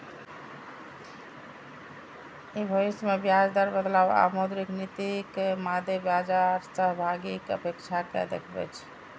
ई भविष्य मे ब्याज दर बदलाव आ मौद्रिक नीतिक मादे बाजार सहभागीक अपेक्षा कें देखबै छै